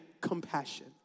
compassion